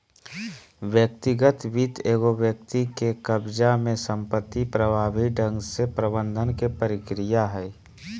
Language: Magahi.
व्यक्तिगत वित्त एगो व्यक्ति के कब्ज़ा में संपत्ति प्रभावी ढंग से प्रबंधन के प्रक्रिया हइ